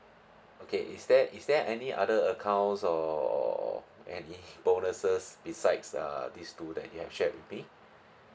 okay is there is there any other accounts or any bonuses besides err these two that you have shared with me